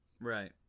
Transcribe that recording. right